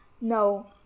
No